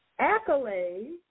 Accolades